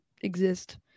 exist